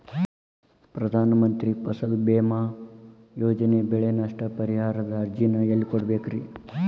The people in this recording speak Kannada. ಪ್ರಧಾನ ಮಂತ್ರಿ ಫಸಲ್ ಭೇಮಾ ಯೋಜನೆ ಬೆಳೆ ನಷ್ಟ ಪರಿಹಾರದ ಅರ್ಜಿನ ಎಲ್ಲೆ ಕೊಡ್ಬೇಕ್ರಿ?